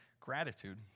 gratitude